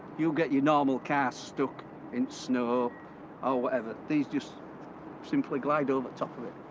you'd get your normal car stuck in t'snow or whatever. these just simply glide over t'top of it.